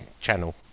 channel